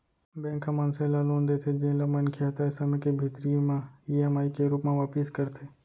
bank ह मनसे ल लोन देथे जेन ल मनखे ह तय समे के भीतरी म ईएमआई के रूप म वापिस करथे